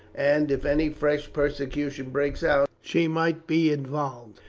and if any fresh persecution breaks out, she might be involved.